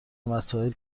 مسائل